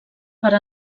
per